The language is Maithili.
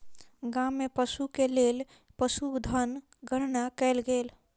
गाम में पशु के लेल पशुधन गणना कयल गेल